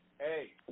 Hey